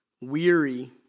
weary